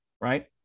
right